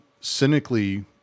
Cynically